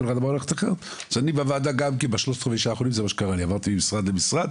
אני בוועדה זה מה שקרה לי, עברתי ממשרד למשרד,